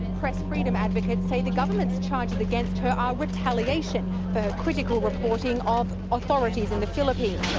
press freedom advocates say the government's charges against her are retaliation for her critical reporting of authorities in the philippines.